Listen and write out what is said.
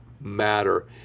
matter